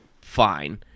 fine